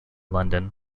london